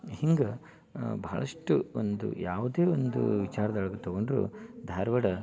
ಹಿಂಗೆ ಬಹಳಷ್ಟು ಒಂದು ಯಾವುದೇ ಒಂದು ವಿಚಾರದೊಳಗೆ ತಗೊಂಡರು ಧಾರವಾಡ